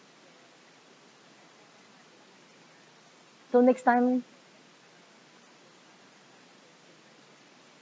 so next time